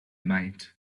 mind